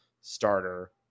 starter